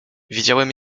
widziałem